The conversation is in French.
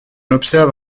observe